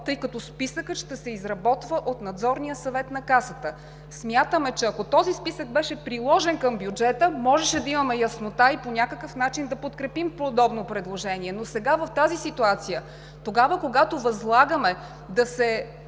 тъй като списъкът ще се изработва от Надзорния съвет на Касата. Смятаме че, ако този списък беше приложен към бюджета, можеше да имаме яснота и по някакъв начин да подкрепим подобно предложение. Но сега, в тази ситуация, тогава, когато възлагаме да се